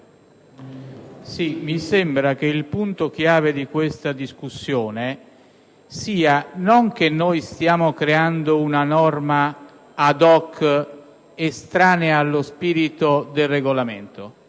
mi sembra che il punto chiave di questa discussione non sia che noi stiamo creando una norma *ad hoc*, estranea allo spirito del Regolamento: